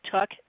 took